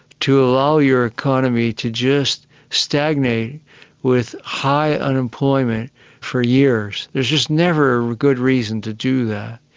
to allow your economy to just stagnate with high unemployment for years. there's just never a good reason to do that.